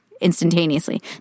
instantaneously